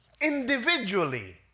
individually